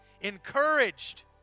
encouraged